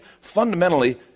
Fundamentally